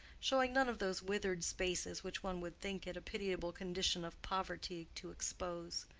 showing none of those withered spaces which one would think it a pitiable condition of poverty to expose.